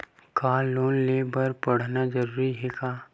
का लोन ले बर पढ़ना जरूरी हे का?